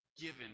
given